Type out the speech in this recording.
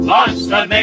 Monster